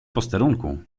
posterunku